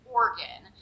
organ